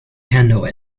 handle